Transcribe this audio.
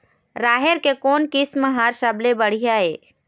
राहेर के कोन किस्म हर सबले बढ़िया ये?